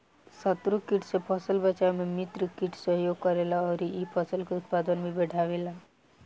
शत्रु कीट से फसल बचावे में मित्र कीट सहयोग करेला अउरी इ फसल के उत्पादन भी बढ़ावेला